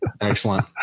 Excellent